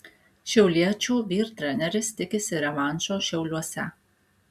šiauliečių vyr treneris tikisi revanšo šiauliuose